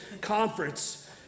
conference